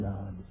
God